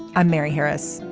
i'm mary harris.